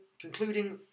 concluding